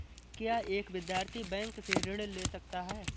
क्या एक विद्यार्थी बैंक से ऋण ले सकता है?